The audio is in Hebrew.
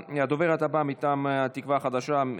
מטעם תקווה חדשה,